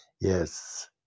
Yes